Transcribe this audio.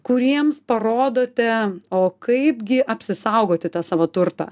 kuriems parodote o kaipgi apsisaugoti tą savo turtą